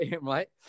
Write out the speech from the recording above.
right